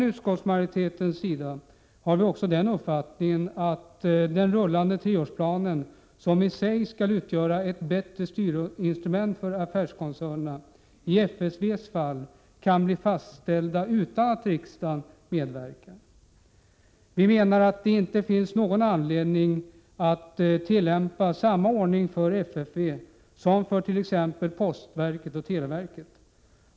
Utskottsmajoriteten har också den uppfattningen att rullande treårsplaner, som i sig skall utgöra ett bättre styrinstrument för affärskoncernerna, i FFV:s fall kan bli fastställda utan att riksdagen medverkar. Det finns inte någon anledning att tillämpa samma ordning för FFV som för t.ex. postverket och televerket.